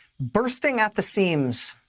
bursting at the seams.